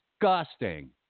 disgusting